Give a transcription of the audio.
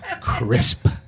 Crisp